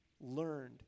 learned